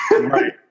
Right